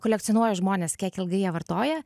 kolekcionuoju žmones kiek ilgai jie vartoja